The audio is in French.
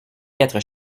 quatre